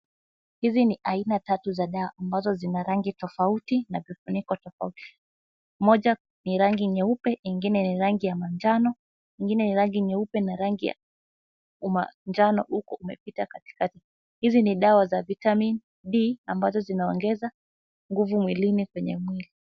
Hizi ni aina tatu za dawa ambazo zina rangi tofauti na vifuniko tofauti. Moja ni rangi nyeupe, ingine ni rangi ya manjano, ingine ni rangi nyeupe na rangi ya umanjano uko umepita katikati. Hizi ni dawa za vitamin D ambazo zinaongeza nguvu mwilini kwenye mwili.